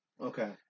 Okay